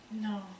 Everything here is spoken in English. No